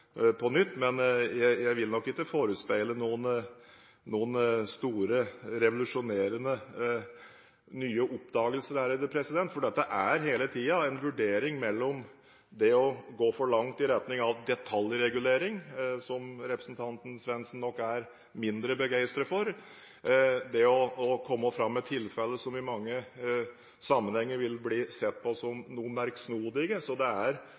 på nytt. Men jeg vil nok ikke forespeile noen store, revolusjonerende nye oppdagelser, for dette dreier seg hele tiden om en vurdering av hvor langt man skal gå i retning av en detaljregulering – noe representanten Svendsen nok er mindre begeistret for – og komme fram med tilfeller som i mange sammenhenger vil bli sett på som noe «merksnodige». Det er